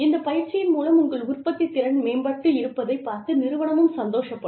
இந்த பயிற்சியின் மூலம் உங்கள் உற்பத்தி திறன் மேம்பட்டு இருப்பதைப் பார்த்து நிறுவனமும் சந்தோஷப்படும்